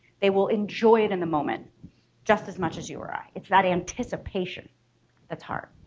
they will enjoy it in the moment just as much as you or i. it's that anticipation that's hard.